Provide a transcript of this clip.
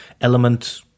element